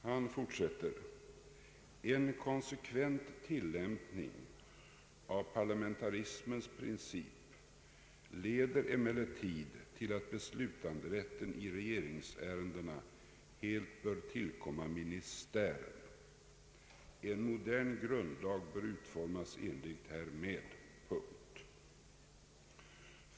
Kling fortsätter: ”En konsekvent tillämpning av parlamentarismens princip leder emellertid till att beslutanderätten i regeringsärendena helt bör tillkomma ministären. En modern grundlag bör utformas i enlighet härmed.